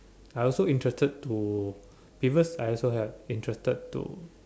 I also interested to because I also have interested to